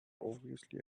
obviously